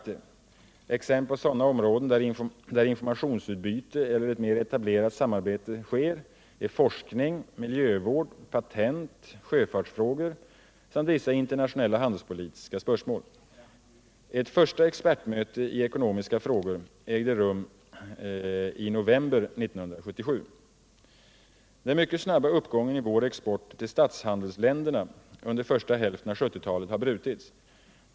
Exempel på sådana områden där informationsutbyte eller ett mer etablerat samarbete sker är forskning, miljövård, patent, sjöfartsfrågor samt vissa internationella handelspolitiska spörsmål. Ett första expertmöte i ekonomiska frågor ägde rum i november 1977. Den mycket snabba uppgången i vår export till statshandelsländerna under första hälften av 1970-talet har brutits.